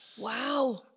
wow